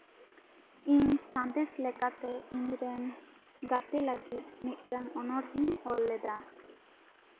ᱤᱧ ᱥᱟᱸᱫᱮᱥ ᱞᱮᱠᱟᱛᱮ ᱤᱧ ᱨᱮᱱ ᱜᱟᱛᱮ ᱞᱟ ᱜᱤᱫ ᱢᱤᱫᱴᱟᱝ ᱚᱱᱚᱬᱦᱮ ᱚᱞ ᱞᱮᱫᱟ